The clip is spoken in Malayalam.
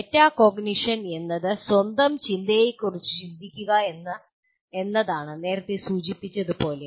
മെറ്റാകോഗ്നിഷൻ എന്നത് സ്വന്തം ചിന്തയെക്കുറിച്ചാണ് ചിന്തിക്കുക എന്നതാണ് നേരത്തെ സൂചിപ്പിച്ചതുപോലെ